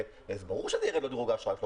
ברור שירד לו דירוג האשראי שלו,